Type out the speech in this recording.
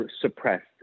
suppressed